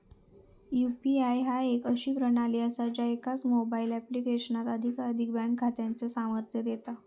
UPI ह्या एक अशी प्रणाली असा ज्या एकाच मोबाईल ऍप्लिकेशनात एकाधिक बँक खात्यांका सामर्थ्य देता